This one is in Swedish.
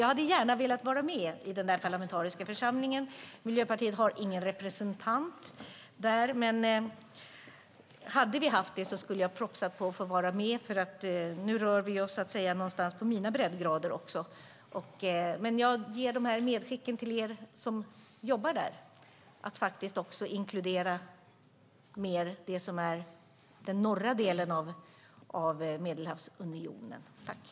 Jag hade gärna velat vara med där. Miljöpartiet har ingen representant. Om vi hade haft det skulle jag ha propsat på att få vara med för nu rör vi oss någonstans på mina breddgrader, så att säga. Men jag gör dessa medskick till er som jobbar där: Inkludera den norra delen av Medelhavsunionen mer!